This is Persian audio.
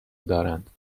دارند